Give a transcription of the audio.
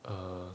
err